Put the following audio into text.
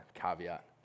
caveat